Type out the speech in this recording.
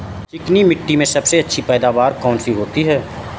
चिकनी मिट्टी में सबसे अच्छी पैदावार कौन सी होती हैं?